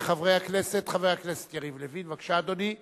חבר הכנסת יריב לוין, בבקשה, אדוני.